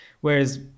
whereas